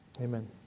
amen